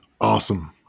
Awesome